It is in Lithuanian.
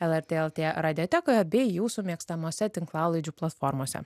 lrt lt radiotekoje bei jūsų mėgstamose tinklalaidžių platformose